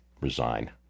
resign